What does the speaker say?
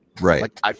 right